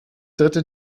dritte